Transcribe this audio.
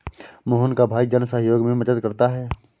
मोहन का भाई जन सहयोग में मदद करता है